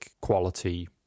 quality